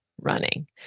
running